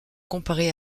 comparé